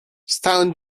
stałem